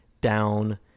down